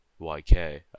YK